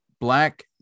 Black